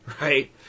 Right